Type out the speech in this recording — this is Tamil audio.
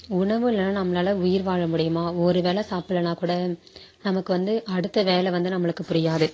உணவு இல்லைன்னா நம்மளால உயிர் வாழ முடியுமா ஒருவேளை சாப்பிட்லன்னா கூட நமக்கு வந்து அடுத்த வேலை வந்து நம்மளுக்கு புரியாது